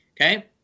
Okay